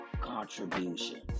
contribution